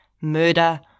murder